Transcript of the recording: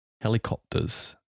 helicopters